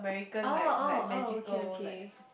oh oh oh okay okay